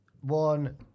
one